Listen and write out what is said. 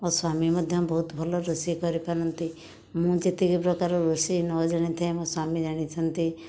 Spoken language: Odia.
ମୋ ସ୍ଵାମୀ ମଧ୍ୟ ବହୁତ ଭଲ ରୋଷେଇ କରିପାରନ୍ତି ମୁଁ ଯେତିକି ପ୍ରକାର ରୋଷେଇ ନ ଜାଣିଥାଏ ମୋ ସ୍ଵାମୀ ଜାଣିଛନ୍ତି